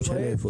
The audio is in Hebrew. לא משנה איפה.